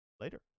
later